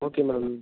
okay madam